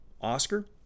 Oscar